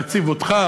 להעציב אותך,